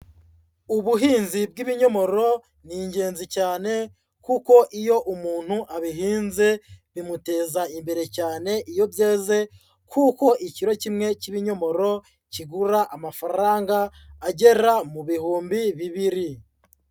Ubuhinzi bw'ibinyomoro ni ingenzi cyane, kuko iyo umuntu abihinze bimuteza imbere cyane iyo byeze, kuko ikiro kimwe cy'ibinyomoro kigura amafaranga agera mu bihumbi bibiri.